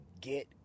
get